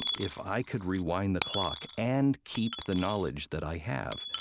and if i could rewind the clock and keep the knowledge that i have,